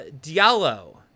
Diallo